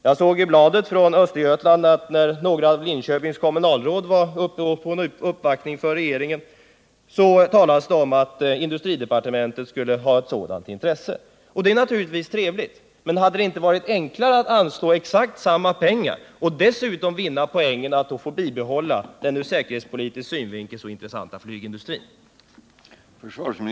Jag såg i en tidning från Östergötland att när några av Linköpings kommunalråd var uppe på en uppvaktning för regeringen talades det om att industridepartementet skulle ha intresse att anslå medel för satsningar inom civil flygproduktion för att trygga sysselsättningen. Det är naturligtvis trevligt, men hade det inte varit enklare att anslå exakt samma summa via försvaret och dessutom vinna poängen att få bibehålla den ur säkerhetspolitisk synvinkel så intressanta flygindustrin?